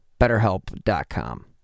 BetterHelp.com